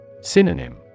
Synonym